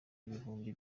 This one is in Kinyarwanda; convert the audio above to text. ibihumbi